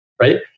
right